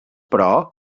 però